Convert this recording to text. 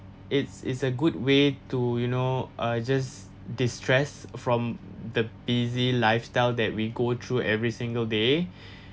it's it's a good way to you know uh just destress from the busy lifestyle that we go through every single day